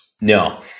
No